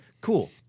cool